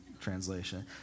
translation